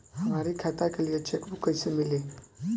हमरी खाता के लिए चेकबुक कईसे मिली?